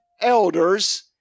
elders